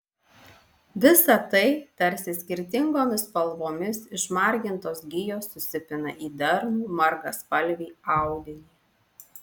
visa tai tarsi skirtingomis spalvomis išmargintos gijos susipina į darnų margaspalvį audinį